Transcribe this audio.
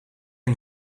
een